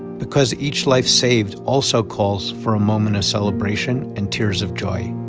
because each life saved also calls for a moment of celebration and tears of joy